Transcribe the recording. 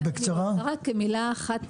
אני רק רוצה להגיד, במילה אחת,